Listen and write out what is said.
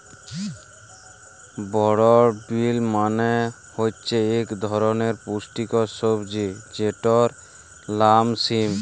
বরড বিল মালে হছে ইক ধরলের পুস্টিকর সবজি যেটর লাম সিম